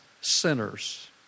sinners